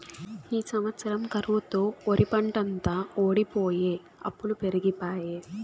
ఈ సంవత్సరం కరువుతో ఒరిపంటంతా వోడిపోయె అప్పులు పెరిగిపాయె